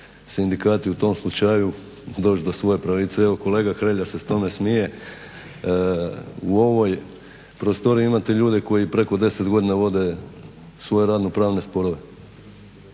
sindikati u tom slučaju doći do svoje pravice. Evo kolega Hrelja se tome smije, u ovoj prostoriji imate ljude koji preko 10 godina vode svoje radno-pravne sporove.